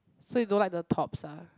so you don't like the tops ah